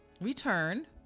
return